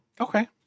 Okay